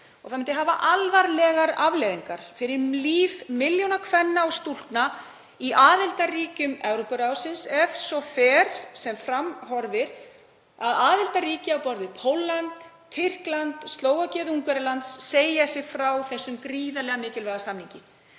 Það myndi hafa alvarlegar afleiðingar fyrir líf milljóna kvenna og stúlkna í aðildarríkjum Evrópuráðsins, ef svo fer fram sem horfir að aðildarríki á borð við Pólland, Tyrkland, Slóvakíu og Ungverjaland segi sig frá þessum gríðarlega mikilvæga samningi.